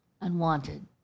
unwanted